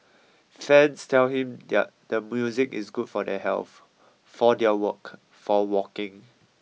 fans tell him the the music is good for their health for their work for walking